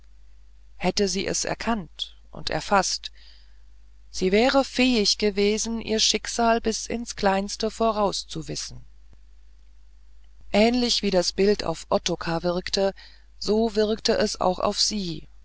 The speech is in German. hätte sie es erkannt und erfaßt sie wäre fähig gewesen ihr schicksal bis ins kleinste vorauszuwissen ähnlich wie das bild auf ottokar wirkte so wirkte es auch auf sie